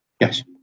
Yes